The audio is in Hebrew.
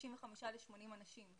ל-80 אנשים.